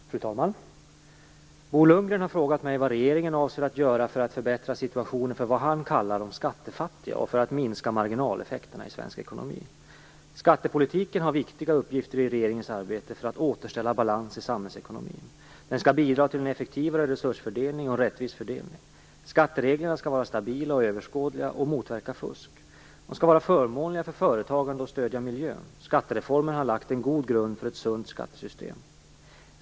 Fru talman! Bo Lundgren har frågat mig vad regeringen avser att göra för att förbättra situationen för vad han kallar de "skattefattiga" och för att minska marginaleffekterna i svensk ekonomi. Skattepolitiken har viktiga uppgifter i regeringens arbete för att återställa balans i samhällsekonomin. Den skall bidra till en effektivare resursfördelning och en rättvis fördelning. Skattereglerna skall vara stabila och överskådliga samt motverka fusk. De skall vara förmånliga för företagande och stödja miljön. Skattereformen har lagt en god grund för ett sunt skattesystem.